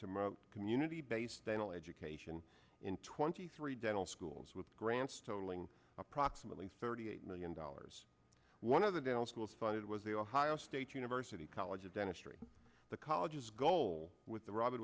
mount community based dental education in twenty three dental schools with grants totaling approximately thirty eight million dollars one of the dental schools funded was the ohio state university college of dentistry the college's goal with the rob